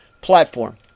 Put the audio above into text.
platform